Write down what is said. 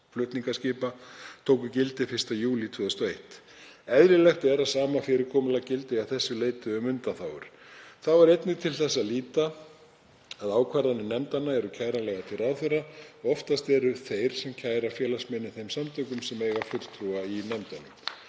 flutningaskipa tóku gildi 1. júlí 2001. Eðlilegt er að sama fyrirkomulag gildi að þessu leyti um undanþágur. Þá er einnig til þess að líta að ákvarðanir nefndanna eru kæranlegar til ráðherra og oftast eru þeir sem kæra félagsmenn í þeim samtökum sem eiga fulltrúa í nefndunum.